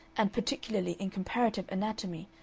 and particularly in comparative anatomy,